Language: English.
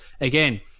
Again